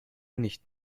nicht